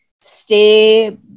stay